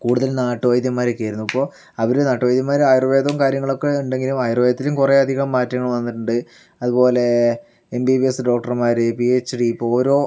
കൂടുതലും നാട്ട് വൈദ്യന്മാരൊക്കെ ആയിരുന്നു ഇപ്പോൾ അവര് നാട്ട് വൈദ്യന്മാര് ആയുർവേദവും കാര്യങ്ങളൊക്കെ ഉണ്ടെങ്കിലും ആയുർവേദത്തിലും കുറെ അധികം മാറ്റങ്ങള് വന്നിട്ടുണ്ട് അതുപോലെ M B B S doctor മാര് പി എച്ച് ഡി ഇപ്പോൾ ഓരോ